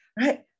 right